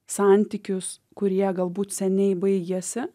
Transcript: santykius kurie galbūt seniai baigėsi